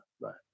Right